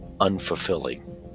unfulfilling